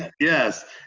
yes